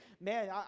man